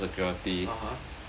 (uh huh)